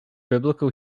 biblical